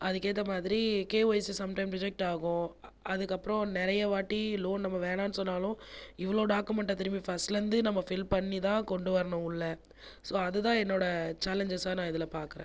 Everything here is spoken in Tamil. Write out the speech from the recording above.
அதுக்கு ஏற்ற மாதிரி கேஒய் சிஸ்டம் சம்டைம்ஸ் ரிஜெக்ட் ஆகும் அதுக்கு அப்புறம் நிறைய வாட்டி லோன் நம்ம வேணாம்னு சொன்னாலும் இவ்வளோ டாக்குமென்ட்டை திரும்பி ஃபர்ஸ்ட்டில் இருந்து நம்ம ஃபில் பண்ணி தான் கொண்டு வரணும் உள்ளே சோ அது தான் என்னோடய சாலென்ஐஸாக இதில் பார்க்குறேன்